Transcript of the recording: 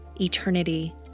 eternity